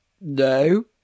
No